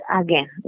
again